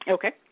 Okay